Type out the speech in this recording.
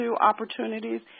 opportunities